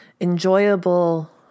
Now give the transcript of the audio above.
enjoyable